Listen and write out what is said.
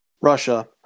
Russia